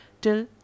till